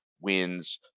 wins